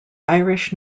irish